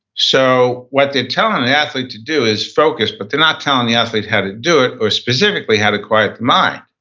so what they're telling an athlete to do is focus, but they're not telling the athlete how to do it or specifically how to quiet the mind.